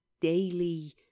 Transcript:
daily